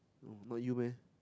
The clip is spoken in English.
not you meh